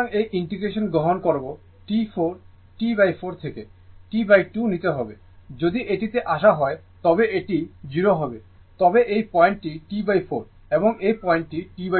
সুতরাং এই ইন্টিগ্রেশন গ্রহণ করব T 4 T4 থেকে T2 নিতে হবে যদি এটিতে আসা হয় তবে এটি এটি 0 হবে তবে এই পয়েন্টটি T4 এবং এই পয়েন্টটি T2